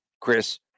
Chris